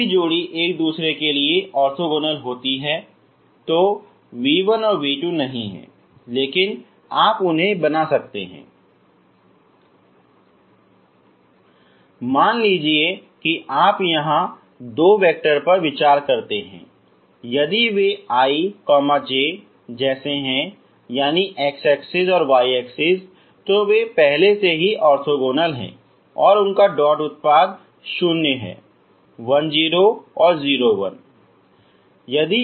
कोई भी जोड़ी एक दूसरे के लिए ऑर्थोगोनल होती है लेकिन v1 और v2 नहीं हैं लेकिन आप उन्हें बना सकते हैं मान लीजिए कि आप यहां दो वैक्टर पर विचार करते हैं यदि वे i j जैसे हैं यानी x axis और y axis वे पहले से ही ऑर्थोगोनल हैं उनका डॉट उत्पाद शून्य 10 और 01 है